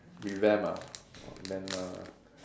revamp ah !wah! then uh